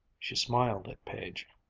she smiled at page,